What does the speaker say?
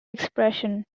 expression